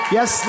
Yes